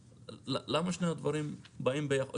למה שני הדברים באים יחד?